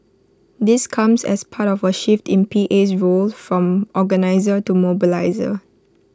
this comes as part of A shift in PA's role from organiser to mobiliser